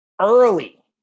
early